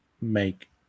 make